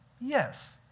Yes